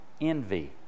envy